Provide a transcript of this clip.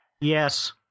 Yes